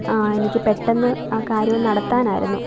ആ എനിക്ക് പെട്ടെന്ന് ആ കാര്യം നടത്താനായിരുന്നു